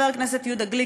חבר הכנסת יהודה גליק,